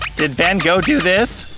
did van gogh do this?